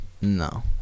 No